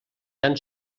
tan